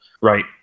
Right